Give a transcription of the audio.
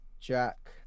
jack